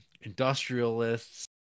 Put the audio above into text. industrialists